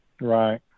Right